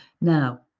Now